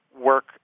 work